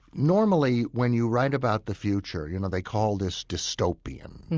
normally when you write about the future, you know they call this dystopian.